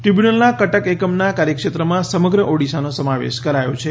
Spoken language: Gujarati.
ટ્રીબ્યૂનલના કટક એકમના કાર્યક્ષેત્રમાં સમગ્ર ઓડિશાનો સમાવેશ કરાયો છે